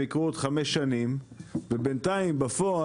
יקרו עוד חמש שנים ובינתיים בפועל,